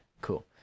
cool